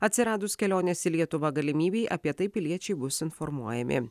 atsiradus kelionės į lietuvą galimybei apie tai piliečiai bus informuojami